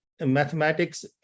mathematics